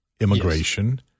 immigration